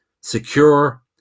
secure